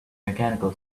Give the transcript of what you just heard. mechanical